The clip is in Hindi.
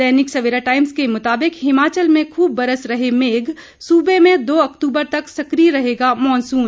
दैनिक सवेरा टाईम्स के मुताबिक हिमाचल में खूब बरस रहे मेघ सूबे में दो अक्तूबर तक सक्रिय रहेगा मॉनसून